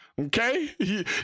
Okay